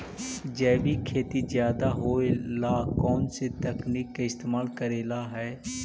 जैविक खेती ज्यादा होये ला कौन से तकनीक के इस्तेमाल करेला हई?